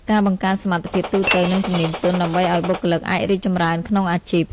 ការបង្កើនសមត្ថភាពទូទៅ និងជំនាញទន់ ដើម្បីឲ្យបុគ្គលិកអាចរីកចម្រើនក្នុងអាជីព។